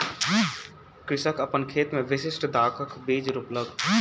कृषक अपन खेत मे विशिष्ठ दाखक बीज रोपलक